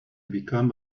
become